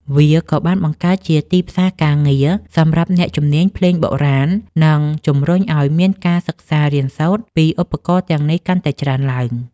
វាក៏បានបង្កើតជាទីផ្សារការងារសម្រាប់អ្នកជំនាញភ្លេងបុរាណ និងជំរុញឱ្យមានការសិក្សារៀនសូត្រពីឧបករណ៍ទាំងនោះកាន់តែច្រើនឡើង។